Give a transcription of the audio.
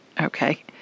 Okay